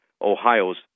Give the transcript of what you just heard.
Ohio's